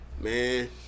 Man